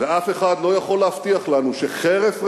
ואף אחד לא יכול להבטיח לנו, חרף רצוננו,